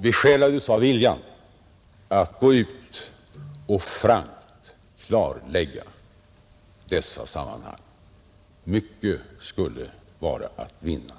besjälas av en vilja att klarlägga dessa sammanhang. Mycket skulle vara att vinna.